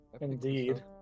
Indeed